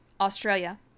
Australia